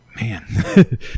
Man